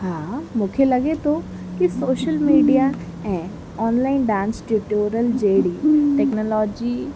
हा मूंखे लॻे थो की सोशल मीडिया ऐं ऑनलाइन डांस ट्यूटोरियल जहिड़ी टैक्नोलॉजी